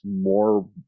more